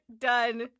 done